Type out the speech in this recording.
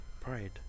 Pride